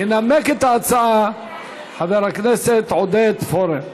ינמק את ההצעה חבר הכנסת עודד פורר.